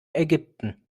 ägypten